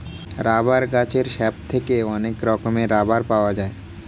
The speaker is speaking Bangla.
রাবার গাছের স্যাপ থেকে অনেক রকমের রাবার পাওয়া যায়